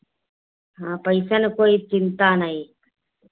हाँ पैसा के कोई चिंता नहीं